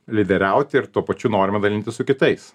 lyderiauti ir tuo pačiu norime dalintis su kitais